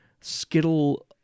Skittle